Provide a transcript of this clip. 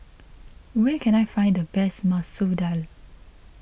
where can I find the best Masoor Dal